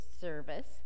service